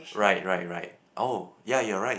right right right oh ya you're right